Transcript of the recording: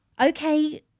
Okay